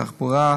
תחבורה,